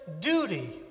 duty